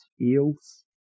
eels